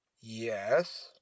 Yes